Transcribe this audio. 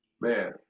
Man